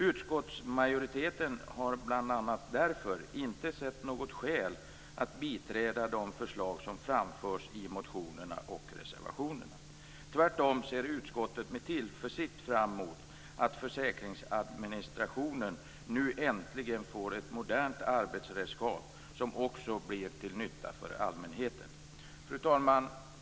Utskottsmajoriteten har bl.a. därför inte sett något skäl att biträda de förslag som framförs i motionerna och reservationerna. Tvärtom ser utskottet med tillförsikt fram mot att försäkringsadministrationen nu äntligen får ett modernt arbetsredskap som också blir till nytta för allmänheten. Fru talman!